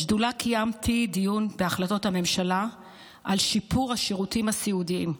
בשדולה קיימתי דיון בהחלטות הממשלה על שיפור השירותים הסיעודיים.